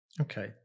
Okay